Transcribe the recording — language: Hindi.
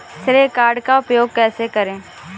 श्रेय कार्ड का उपयोग कैसे करें?